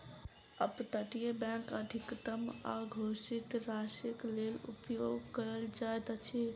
up तटीय bank अधिकतम अघोषित राशिक लेल उपयोग कयल जाइत अछि